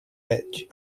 edge